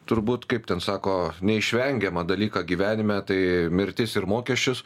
turbūt kaip ten sako neišvengiamą dalyką gyvenime tai mirtis ir mokesčius